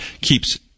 keeps